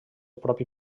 propi